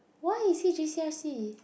why is he J_C_F_C